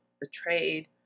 betrayed